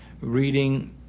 reading